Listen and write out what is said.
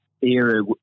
era